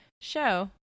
show